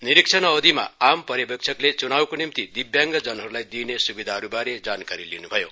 निरीक्षण अवधिमा आम पर्यवेक्षकले च्नावको निम्ति दिव्यांग जनहरूलाई दिइने स्विधाहरू बारे जानकारी दिन्भयो